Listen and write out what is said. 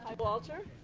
um walter.